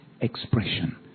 expression